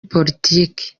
politiki